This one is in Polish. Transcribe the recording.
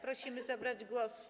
Prosimy zabrać głos.